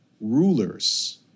Rulers